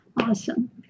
awesome